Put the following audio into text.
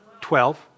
Twelve